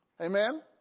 Amen